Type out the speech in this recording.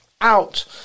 out